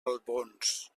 albons